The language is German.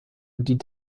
die